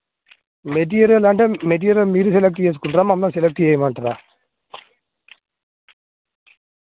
material అంటే material మీరు select చేసుకుంటారా మమ్మల్ని సెలెక్ట్ చేయమంటరా